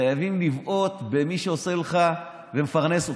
חייבים לבעוט במי שעושה לך ומפרנס אותך.